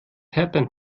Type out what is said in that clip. happened